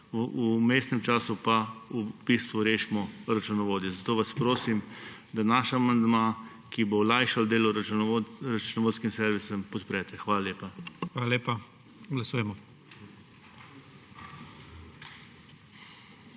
vmesnem času pa v bistvu rešimo računovodje, zato vas prosim, da naš amandma, ki bo olajšal delo računovodskim servisom, podprete. Hvala lepa. PREDSEDNIK IGOR